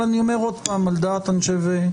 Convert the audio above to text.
אבל אני אומר עוד פעם על דעת, אני חושב,